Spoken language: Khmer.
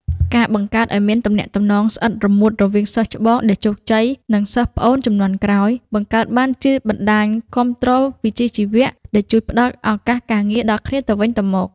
ការបង្កើតឱ្យមានទំនាក់ទំនងស្អិតរមួតរវាងសិស្សច្បងដែលជោគជ័យ និងសិស្សប្អូនជំនាន់ក្រោយ បង្កើតបានជាបណ្ដាញគាំទ្រវិជ្ជាជីវៈដែលជួយផ្ដល់ឱកាសការងារដល់គ្នាទៅវិញទៅមក។